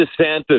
DeSantis